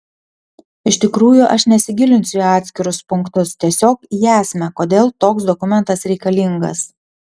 iš tikrųjų aš nesigilinsiu į atskirus punktus tiesiog į esmę ir kodėl toks dokumentas reikalingas